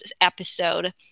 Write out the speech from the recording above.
episode